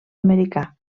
americà